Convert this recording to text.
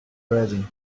ready